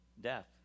death